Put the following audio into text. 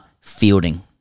fielding